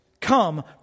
come